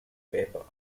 paper